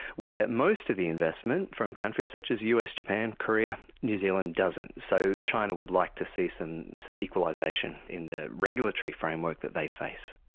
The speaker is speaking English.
where most of the investment from countries such as the us, japan, korea, new zealand doesn't. so china would like to see some some equalisation in the regulatory framework that they face.